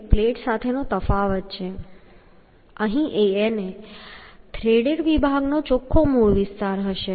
An plate સાથેનો તફાવત એ છે કે અહીં An એ થ્રેડેડ વિભાગનો ચોખ્ખો મૂળ વિસ્તાર હશે